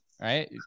Right